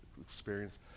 experience